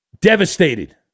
Devastated